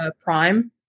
Prime